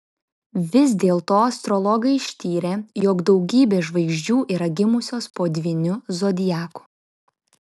vis dėlto astrologai ištyrė jog daugybė žvaigždžių yra gimusios po dvyniu zodiaku